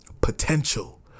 Potential